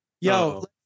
yo